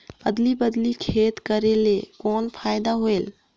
अदली बदली खेती करेले कौन फायदा होयल?